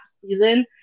season